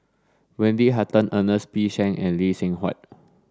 Wendy Hutton Ernest P Shanks and Lee Seng Huat